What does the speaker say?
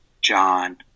John